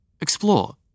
Explore